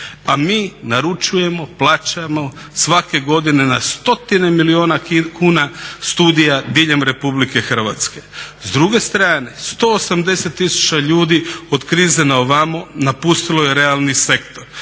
a mi naručujemo, plaćamo, svake godine na stotine milijuna kuna studija diljem RH. S druge strane sto osamdeset tisuća ljudi od krize na ovamo napustilo je realni sektor.